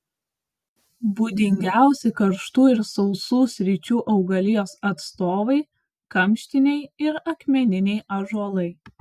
būdingiausi karštų ir sausų sričių augalijos atstovai kamštiniai ir akmeniniai ąžuolai